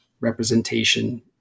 representation